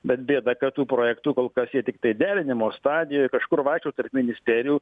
bet bėda kad tų projektų kol kas jie tiktai derinimo stadijoj kažkur vaikšto tarp ministerijų